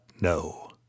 no